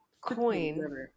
coin